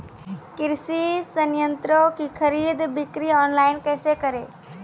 कृषि संयंत्रों की खरीद बिक्री ऑनलाइन कैसे करे?